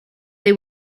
they